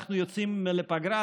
אנחנו יוצאים לפגרה.